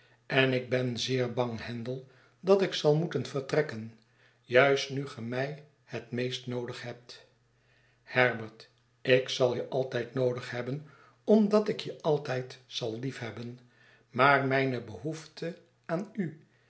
en ik ben zeer lang handel dat ik zal moeten vertrekken juist nu ge mij het meest noodig hebt herbert ik zalje altijd noodig hebben omdat ikje altijd zal lief hebben maar mijne behoefte aan u